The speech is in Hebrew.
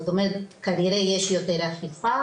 זאת אומרת שכנראה יש יותר אכיפה.